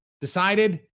decided